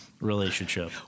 relationship